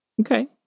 Okay